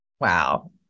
Wow